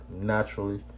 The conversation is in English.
naturally